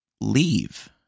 leave